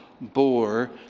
bore